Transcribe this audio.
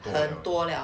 很多了